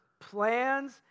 plans